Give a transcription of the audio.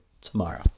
tomorrow